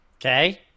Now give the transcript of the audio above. Okay